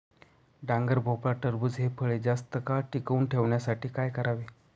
डांगर, भोपळा, टरबूज हि फळे जास्त काळ टिकवून ठेवण्यासाठी काय करावे?